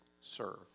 serve